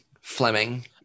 Fleming